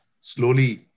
slowly